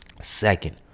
Second